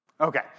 okay